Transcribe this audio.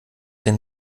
den